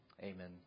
amen